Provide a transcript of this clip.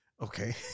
Okay